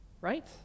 right